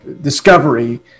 discovery